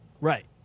Right